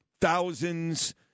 thousands